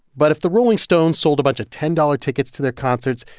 but if the rolling stones sold a bunch of ten dollars tickets to their concerts,